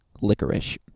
licorice